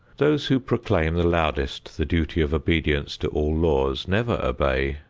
those who proclaim the loudest the duty of obedience to all laws never obey,